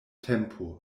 tempo